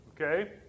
Okay